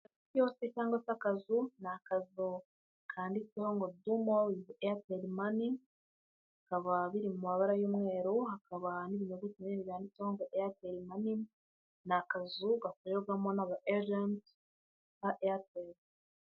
Agakiyosike cyangwa se akazu, ni akazu kanditseho ngo "Do more with Airtel money", akaba biri mu mabara y'umweru, hakaba n'ibinyuguti binini byanditseho ngo "Airtel money", ni akazu gakorerwamo naba ejenti ba Airtel.